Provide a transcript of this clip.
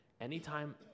anytime